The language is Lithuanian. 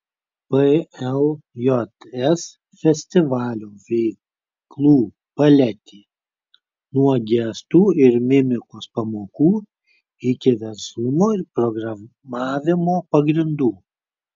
pljs festivalio veiklų paletė nuo gestų ir mimikos pamokų iki verslumo ir programavimo pagrindų